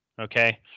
Okay